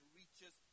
reaches